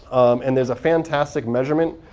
and there's a fantastic measurement.